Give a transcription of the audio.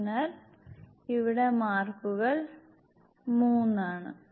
അതിനാൽ ഇവിടെ മാർക്കുകൾ 3 ആണ്